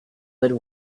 would